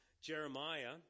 Jeremiah